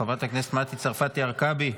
חברת הכנסת מטי צרפתי הרכבי,